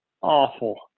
awful